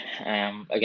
Again